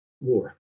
war